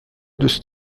دوست